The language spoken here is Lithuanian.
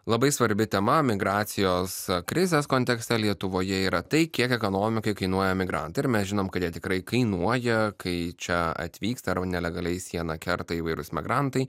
labai svarbi tema migracijos krizės kontekste lietuvoje yra tai kiek ekonomikai kainuoja migrantai ir mes žinom kad jie tikrai kainuoja kai čia atvyksta nelegaliai sieną kerta įvairūs migrantai